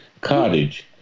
cottage